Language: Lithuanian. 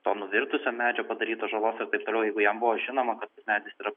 to nuvirtusio medžio padarytos žalos ir taip toliau jeigu jam buvo žinoma kad tas medis yra